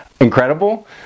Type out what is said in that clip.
incredible